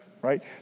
right